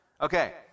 Okay